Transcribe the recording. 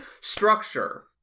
structure